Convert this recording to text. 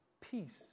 peace